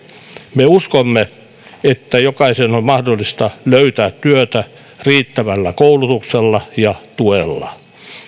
me uskomme että jokaisen on mahdollista löytää työtä riittävällä koulutuksella ja tuella